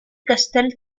castello